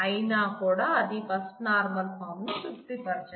అయినా కూడా ఇది ఫస్ట్ నార్మల్ ఫాం ను తృప్తి పరచదు